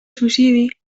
suïcidi